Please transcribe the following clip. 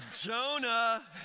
Jonah